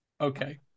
Okay